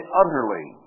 utterly